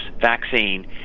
vaccine